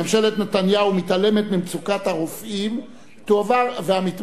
ממשלת נתניהו מתעלמת ממצוקת הרופאים והמתמחים,